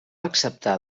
acceptar